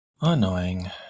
Annoying